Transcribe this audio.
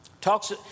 talks